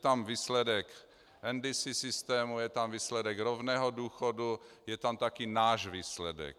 Je tam výsledek NDC systému, je tam výsledek rovného důchodu, je tam také náš výsledek.